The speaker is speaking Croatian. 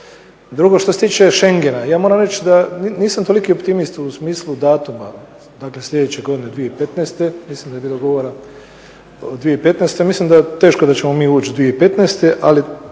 Drugo, što se tiče schengena, ja moram reći da nisam toliki optimist u smislu datuma, dakle sljedeće godine 2015., mislim da je bilo govora o 2015., mislim da teško da ćemo mi ući 2015.